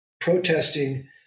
protesting